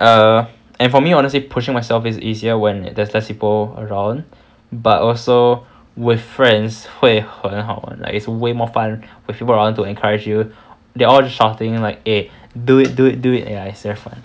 err and for me honestly pushing myself is easier when there's less people around but also with friends 会很好玩 like it's way more fun with people around to encourage you they all shouting like eh do it do it do it ya it's very fun